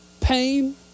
pain